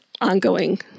ongoing